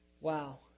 wow